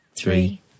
three